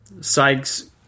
Sykes